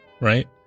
right